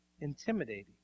intimidating